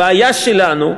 הבעיה שלנו",